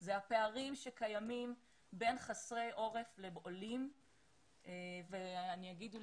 זה הפערים שקיימים בין חסרי עורף לעולים ואני אגיד,